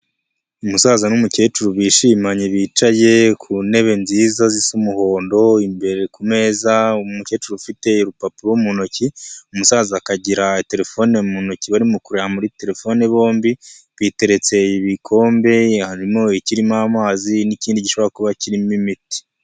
Umusaza n'umukecuru bishimanye bicaye ku ntebe nziza zisa umuhondo imbere ku meza. Umukecuru ufite urupapuro mu ntoki, umusaza akagira telefone mu ntoki. Barimo kureba muri telefone bombi biteretse ibikombe, harimo ikirimo amazi n'ikindi gishobora kuba kirimo imiti.